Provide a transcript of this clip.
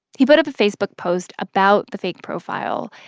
he put up a facebook post about the fake profile,